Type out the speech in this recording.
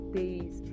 days